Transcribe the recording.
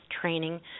training